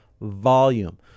volume